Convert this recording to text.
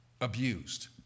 abused